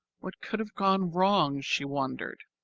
what could have gone wrong, she wondered.